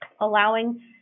allowing